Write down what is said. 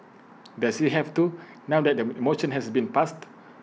does he have to now that the motion has been passed